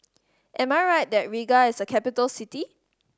am I right that Riga is a capital city